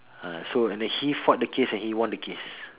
ah so and then he fought the case and he won the case